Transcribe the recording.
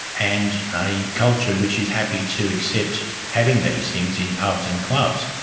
and a culture which is happy to accept having these things in pubs and clubs.